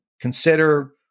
consider